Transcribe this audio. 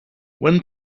when